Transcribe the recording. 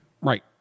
Right